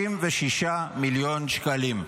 66 מיליון שקלים.